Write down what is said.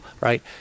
Right